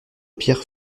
pierre